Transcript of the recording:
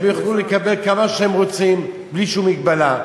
יוכלו לקבל כמה שהם רוצים בלי שום מגבלה.